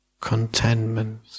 contentment